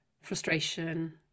frustration